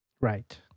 Right